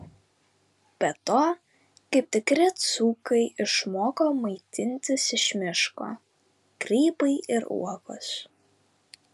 be to kaip tikri dzūkai išmoko maitintis iš miško grybai ir uogos